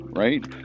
right